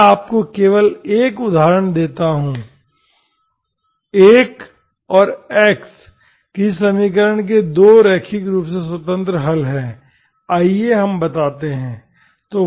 मैं आपको केवल एक उदाहरण देता हूं 1 और x किसी समीकरण के दो रैखिक रूप से स्वतंत्र हल हैं आइए हम बताते हैं